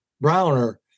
Browner